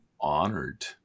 honored